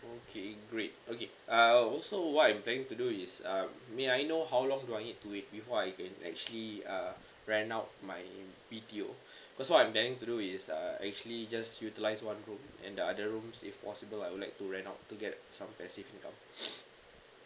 okay great okay uh also what I'm planning to do is um may I know how long do I need to wait before I can actually uh rent out my B_T_O because I'm planning to do is uh actually just utilise one room and the other rooms if possible I would like to rent out to get some passive income